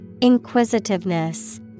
Inquisitiveness